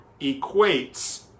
equates